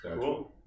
Cool